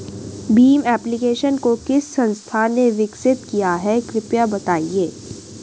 Bhim application को किस संस्था ने विकसित किया है कृपया बताइए?